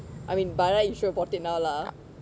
I mean by right you should have bought it now lah